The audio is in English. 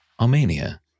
Armenia